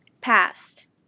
past